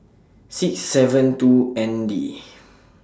six seven two N D